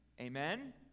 amen